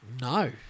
No